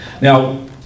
now